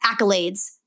accolades